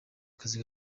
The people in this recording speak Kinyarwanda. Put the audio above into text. akazi